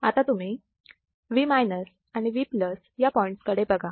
आता तुम्ही V आणि V या पॉईंट्स कडे बघा